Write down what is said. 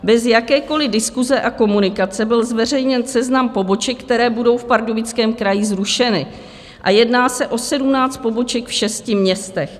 Bez jakékoli diskuse a komunikace byl zveřejněn seznam poboček, které budou v Pardubickém kraji zrušeny, a jedná se o 17 poboček v šesti městech.